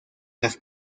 las